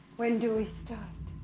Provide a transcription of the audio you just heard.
when do we start